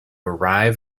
arrive